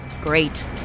Great